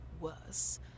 worse